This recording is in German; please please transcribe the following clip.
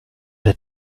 der